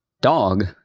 Dog